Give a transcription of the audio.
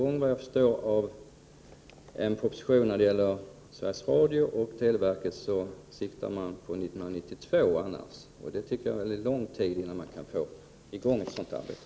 Såvitt jag kan förstå av en proposition när det gäller Sveriges Radio och televerket siktar man på 1992. Jag tycker att det är lång tid, innan man kan få i gång ett sådant arbete.